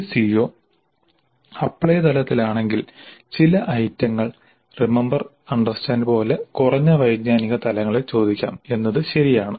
ഒരു CO apply തലത്തിലാണെങ്കിൽ ചില ഐറ്റംങ്ങൾറിമമ്പർ അണ്ടർസ്റ്റാൻഡ് പോലെ കുറഞ്ഞ വൈജ്ഞാനിക തലങ്ങളിൽ ചോദിക്കാം എന്നത് ശരിയാണ്